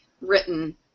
written